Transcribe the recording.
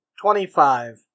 Twenty-five